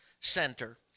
center